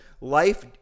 life